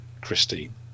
Christine